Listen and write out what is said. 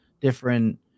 different